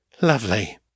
Lovely